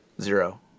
Zero